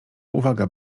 uwaga